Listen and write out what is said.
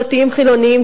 דתיים חילונים,